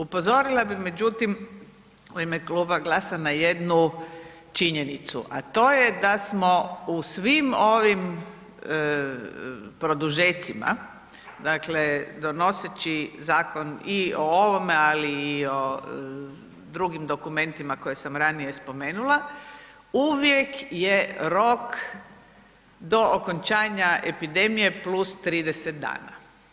Upozorila bih međutim u ime kluba GLAS-a na jednu činjenicu, a to je da smo u svim ovim produžecima, dakle donoseći zakon i o ovome, ali i o drugim dokumentima koje sam ranije spomenula uvijek je rok do okončanja epidemije plus 30 dana.